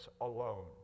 alone